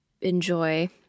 enjoy